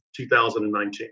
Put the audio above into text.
2019